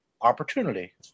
opportunity